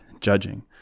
judging